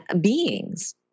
beings